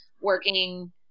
working –